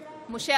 (קוראת בשמות חברי הכנסת) משה